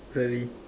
sorry